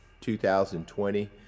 2020